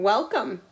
Welcome